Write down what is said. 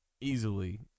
easily